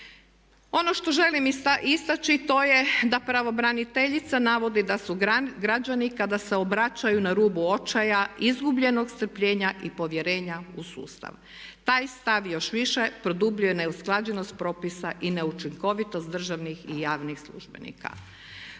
Ono što želim istaći to je da pravobraniteljica navodi da su građani kada se obraćaju na rubu očaja, izgubljenog strpljenja i povjerenja u sustav. Taj stav još više produbljuje neusklađenost propisa neučinkovitost državnih i javnih službenika.